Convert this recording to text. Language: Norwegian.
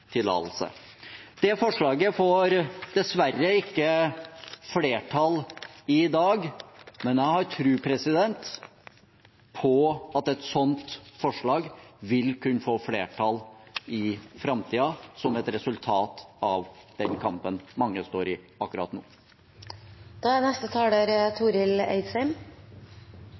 forslaget får dessverre ikke flertall i dag, men jeg har tro på at et slikt forslag vil kunne få flertall i framtiden, som et resultat av den kampen mange står i akkurat